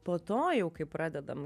po to jau kai pradedam